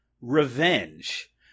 Revenge